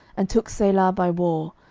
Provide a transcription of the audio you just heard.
and took selah by war,